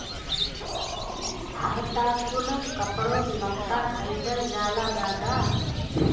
अब त कुल कपड़ो लत्ता खरीदल जाला दादा